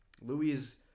Louis